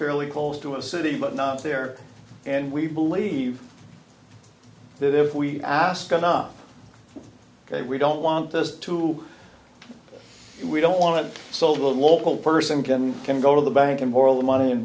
fairly close to a city but not there and we believe that if we ask on up ok we don't want us to we don't want to so the local person can can go to the bank and for all the money and